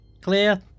clear